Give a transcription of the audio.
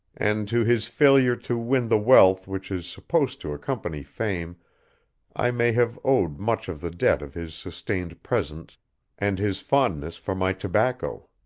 and to his failure to win the wealth which is supposed to accompany fame i may have owed much of the debt of his sustained presence and his fondness for my tobacco.